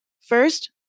First